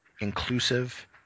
inclusive